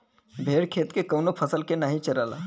भेड़ खेत के कवनो फसल के नाही चरला